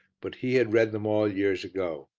but he had read them all, years ago.